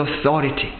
authority